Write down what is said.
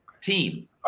team